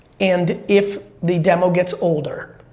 and if the demo gets older,